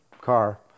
car